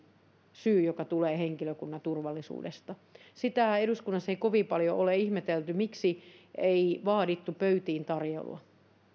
syy joka tulee henkilökunnan turvallisuudesta sitä eduskunnassa ei kovin paljon ole ihmetelty miksi ei vaadittu pöytiintarjoilua